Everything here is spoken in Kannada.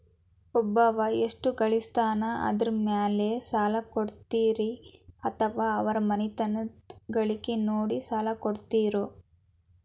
ಒಬ್ಬವ ಎಷ್ಟ ಗಳಿಸ್ತಾನ ಅದರ ಮೇಲೆ ಸಾಲ ಕೊಡ್ತೇರಿ ಅಥವಾ ಅವರ ಮನಿತನದ ಗಳಿಕಿ ನೋಡಿ ಸಾಲ ಕೊಡ್ತಿರೋ?